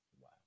Wow